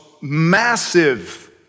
massive